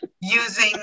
using